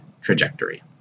trajectory